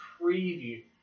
preview